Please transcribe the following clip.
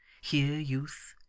here youth,